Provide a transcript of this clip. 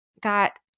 got